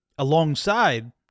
alongside